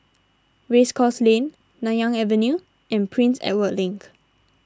Race Course Lane Nanyang Avenue and Prince Edward Link